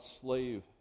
slave